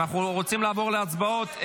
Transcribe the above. אנחנו רוצים לעבור להצבעות.